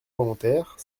volontaires